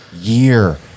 year